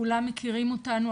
כולם מכירים אותנו,